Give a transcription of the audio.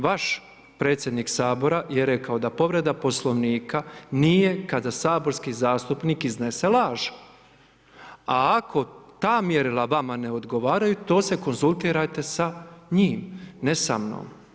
Vaš predsjednik Sabora je rekao da povreda Poslovnika nije kada saborski zastupnik iznese laž, a ako ta mjerila vama ne odgovaraju, to se konzultirajte sa njim, ne sa mnom.